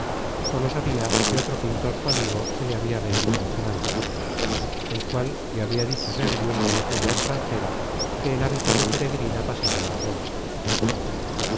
sólo sabia que otro pintor su amigo se le habia vendido en francia el cual le habia dicho ser de una doncella extranjera que en hábitos de peregrina pasaba á roma